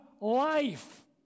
life